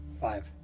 Five